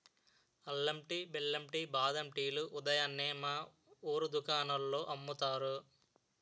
అల్లం టీ, బెల్లం టీ, బాదం టీ లు ఉదయాన్నే మా వూరు దుకాణాల్లో అమ్ముతారు